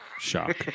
shock